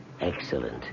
Excellent